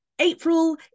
April